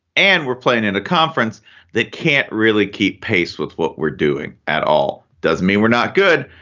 and we're playing in a conference that can't really keep pace with what we're doing at all. doesn't mean we're not good.